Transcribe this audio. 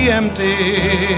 empty